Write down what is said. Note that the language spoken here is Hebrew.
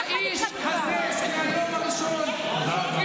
את האחווה, האיש הזה, שמהיום הראשון, תודה רבה.